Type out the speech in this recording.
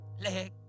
leg